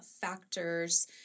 factors